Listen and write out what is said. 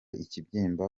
ikibyimba